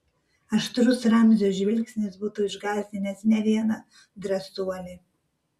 aštrus ramzio žvilgsnis būtų išgąsdinęs ne vieną drąsuolį